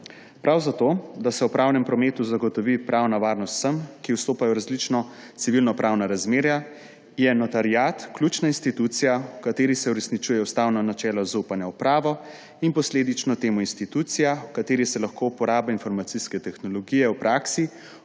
Prav zato, da se v pravnem prometu zagotovi pravna varnost vsem, ki vstopajo v različna civilnopravna razmerja, je notariat ključna institucija, v kateri se uresničujejo ustavna načela zaupanja v pravo, in posledično institucija, v kateri se lahko uporaba informacijske tehnologije v praksi